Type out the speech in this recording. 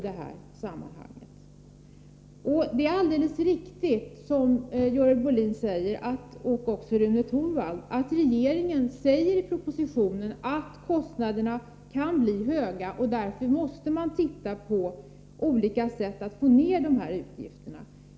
Det är alldeles riktigt, som Görel Bohlin och även Rune Torwald säger, att regeringen i propositionen säger att kostnaderna kan bli höga; därför måste man titta på olika sätt att få ned utgifterna.